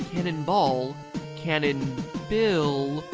cannonball, cannon bill.